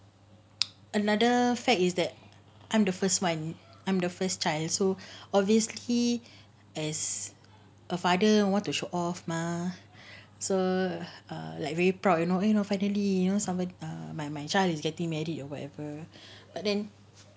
another fact is that I'm the first one I'm the first child so obviously as a father want to show off mah so like err very proud you know finally you know somebody err my my child is getting married or whatever but then